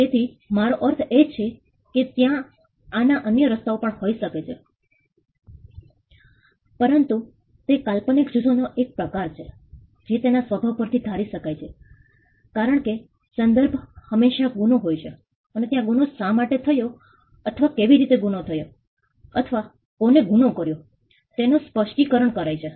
તેથી મારો અર્થ એ છે કે ત્યાં આના અન્ય રસ્તાઓ પણ હોઈ શકે છે પરંતુ તે કાલ્પનિક જૂથ નો એક પ્રકાર છે જે તેના સ્વભાવ પરથી ધારી શકાય છે કારણ કે સંદર્ભ હંમેશા ગુનો હોય છે અને ત્યાં ગુનો શા માટે થયો અથવા કેવી રીતે ગુનો થયો અથવા કોણે ગુનો કર્યો તેનું સ્પષ્ટિકરણ છે